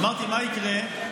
אמרתי: מה יקרה?